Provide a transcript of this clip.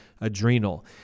adrenal